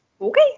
okay